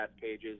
pages